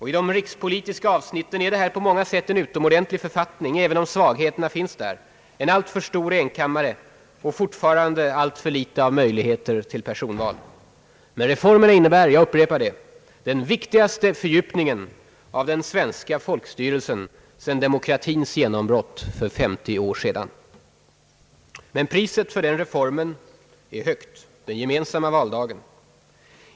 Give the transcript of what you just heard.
I de rikspolitiska avsnitten är detta på flera sätt en utomordentlig författning, även om svagheterna finns där: en alltför stor enkammare och fortfarande alltför litet av möjligheter till personval. Men reformerna innebär, jag upprepar det, den viktigaste fördjupningen av den svenska folkstyrelsen sedan demokratins genombrott för 50 år sedan. Men priset för reformen är högt: den gemensamma valdagen.